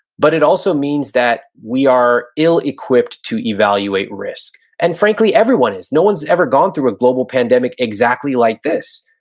but it also means that we are ill-equipped to evaluate risk. and frankly everyone is. no one's ever gone through a global pandemic exactly like this.